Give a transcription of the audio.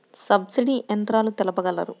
Subsidy యంత్రాలు తెలుపగలరు?